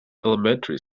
elementary